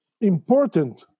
important